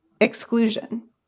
exclusion